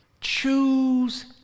choose